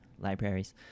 libraries